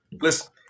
Listen